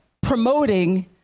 promoting